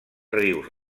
rius